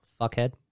Fuckhead